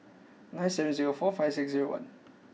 nine seven zero four five six zero one